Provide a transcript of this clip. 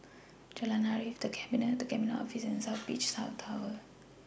Jalan Arif The Cabinet and Cabinet Office and South Beach South Tower